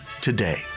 today